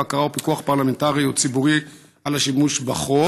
בקרה או פיקוח פרלמנטרי או ציבורי על השימוש בחוק,